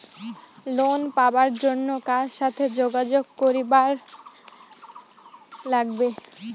Loan পাবার জন্যে কার সাথে যোগাযোগ করিবার লাগবে?